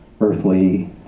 earthly